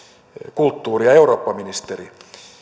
kulttuuri ja eurooppaministeri